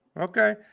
Okay